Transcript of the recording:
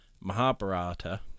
Mahabharata